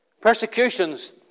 persecutions